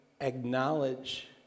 acknowledge